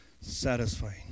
satisfying